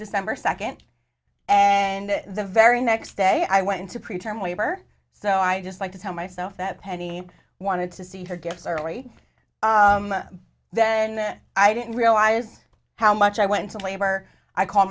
december second and the very next day i went into pre term labor so i just like to tell myself that penny wanted to see her gifts early then that i didn't realize how much i went to labor i call